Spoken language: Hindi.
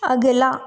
अगला